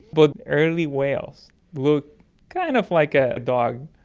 but early whales look kind of like a dog,